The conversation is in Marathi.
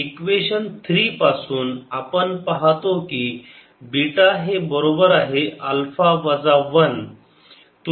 तर इक्वेशन 3 पासून आपण पाहतो की बीटा हे बरोबर आहे अल्फा वजा 1